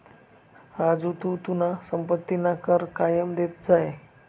राजू तू तुना संपत्तीना कर कायम देत जाय